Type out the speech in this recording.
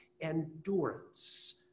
endurance